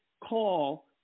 call